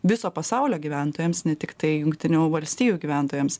viso pasaulio gyventojams ne tiktai jungtinių valstijų gyventojams